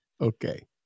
Okay